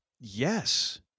Yes